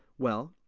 well,